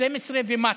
12 ומטה.